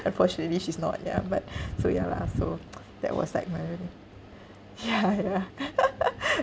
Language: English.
unfortunately she's not ya but so ya lah so that was like my yeah yeah